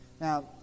Now